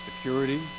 security